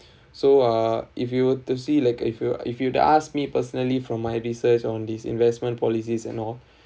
so uh if you were to see like if you if you to ask me personally from my research on these investment policies and all